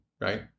right